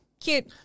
Cute